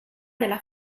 della